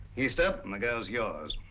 easter and the girl's yours.